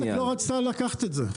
בזק לא רצתה לקחת את זה.